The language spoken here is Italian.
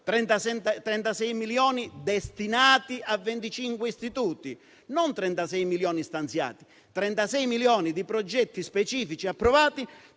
36 milioni destinati a 25 istituti; non 36 milioni stanziati, ma 36 milioni di progetti specifici ed approvati